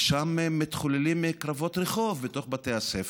ושם מתחוללים קרבות רחוב, בתוך בתי הספר?